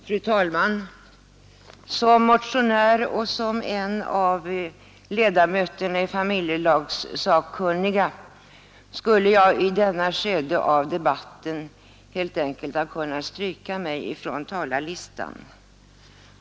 Fru talman! Som motionär och som en av ledamöterna i familjelagssakkunniga skulle jag i detta skede av debatten helt enkelt ha kunnat stryka mig från talarlistan.